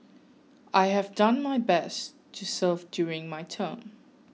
I have done my best to serve during my term